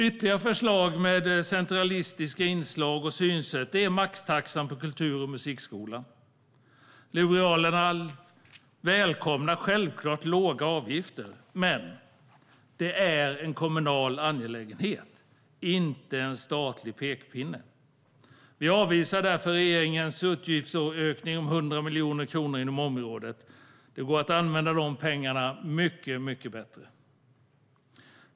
Ytterligare förslag med centralistiska inslag och synsätt är maxtaxan på kultur och musikskolan. Liberalerna välkomnar självklart låga avgifter. Men det är en kommunal angelägenhet, inte en statlig pekpinne. Vi avvisar därför regeringens utgiftsökning om 100 miljoner kronor inom området. Det går att använda de pengarna mycket bättre.